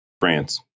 France